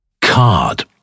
Card